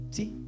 See